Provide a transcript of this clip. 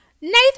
Nathan